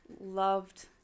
loved